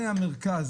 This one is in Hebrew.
זה המרכז,